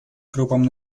группам